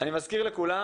אני מזכיר לכולם